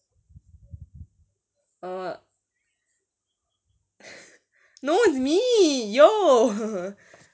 err no it's me yo